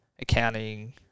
accounting